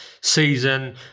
season